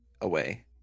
away